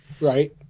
Right